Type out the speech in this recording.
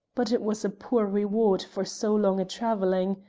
but it was a poor reward for so long a travelling.